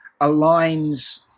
aligns